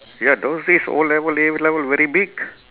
ya those days O level A level very big